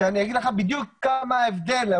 כאשר ההבדל הוא